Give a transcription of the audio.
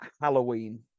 Halloween